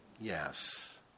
Yes